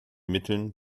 mitteln